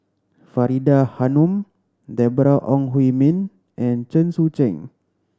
Faridah Hanum Deborah Ong Hui Min and Chen Sucheng